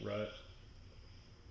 Right